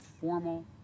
formal